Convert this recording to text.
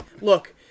look